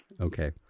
Okay